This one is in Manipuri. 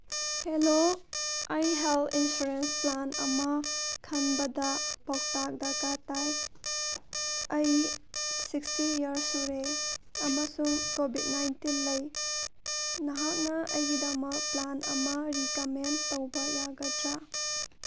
ꯍꯜꯂꯣ ꯑꯩ ꯍꯦꯜꯠ ꯏꯟꯁꯨꯔꯦꯟꯁ ꯄ꯭ꯂꯥꯟ ꯑꯃ ꯈꯟꯕꯗ ꯄꯥꯎꯇꯥꯛ ꯗꯔꯀꯥꯔ ꯇꯥꯏ ꯑꯩ ꯁꯤꯛꯁꯇꯤ ꯏꯌꯔꯁ ꯁꯨꯔꯦ ꯑꯃꯁꯨꯡ ꯀꯣꯚꯤꯗ ꯅꯥꯏꯟꯇꯤꯟ ꯂꯩ ꯅꯍꯥꯛꯅ ꯑꯩꯒꯤꯗꯃꯛ ꯄ꯭ꯂꯥꯟ ꯑꯃ ꯔꯤꯀꯃꯦꯟ ꯇꯧꯕ ꯌꯥꯒꯗ꯭ꯔꯥ